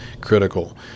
critical